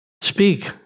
Speak